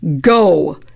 Go